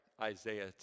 Isaiah